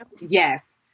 Yes